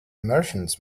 martians